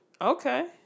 Okay